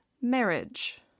marriage